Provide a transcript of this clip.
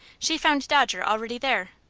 she found dodger already there.